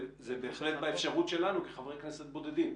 זה בהחלט באפשרות שלנו כחברי כנסת בודדים.